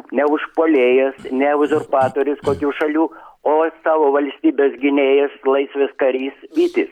ne užpuolėjas ne uzurpatorius kokių šalių o savo valstybės gynėjas laisvės karys vytis